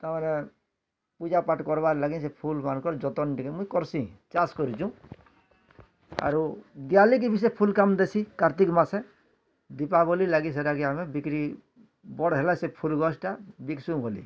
ତାମାନେ ପୂଜା ପାଠ କର୍ବାର୍ ଲାଗି ସେ ଫୁଲ୍ ମାନ୍କର୍ ଯତନ୍ ଟିକେ ମୁଇଁ କର୍ସିଁ ଚାଷ କରିଛୁଁ ଆରୁ ଦିଆଲି ଥି ବି ସେ ଫୁଲ କାମ ଦେସି କାର୍ତ୍ତିକ ମାସେ ଦୀପାବଲିର୍ ଲାଗି ସେତାକେ ଆମେ ବିକ୍ରି ବଡ଼ ହେଲେ ସେ ଫୁଲ୍ ଗଛ୍ଟା ବିକ୍ସୁଁ ବୋଲି